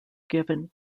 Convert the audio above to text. given